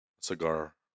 Cigar